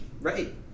Right